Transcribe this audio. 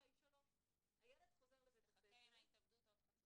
היא 3. תחכה עם ההתאבדות עוד חצי שנה.